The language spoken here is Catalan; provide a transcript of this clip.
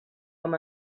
com